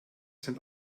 sind